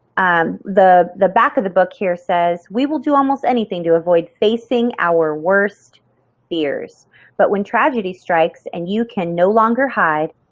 um the the back of the book here says we will do almost anything to avoid facing our worst fears but when tragedy strikes and you can no longer hide,